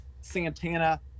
Santana